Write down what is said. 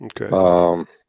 Okay